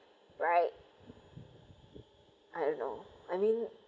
right I don't know I mean